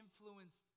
influenced